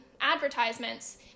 advertisements